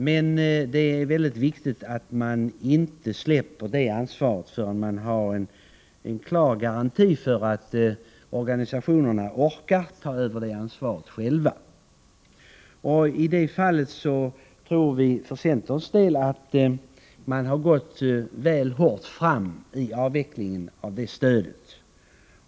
Men det är mycket viktigt att man inte släpper ansvaret förrän man har en klar garanti för att organisationerna själva orkar ta över det. Vi i centern tror att man har gått väl hårt fram när det gällt att avveckla det stödet.